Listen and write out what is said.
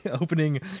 opening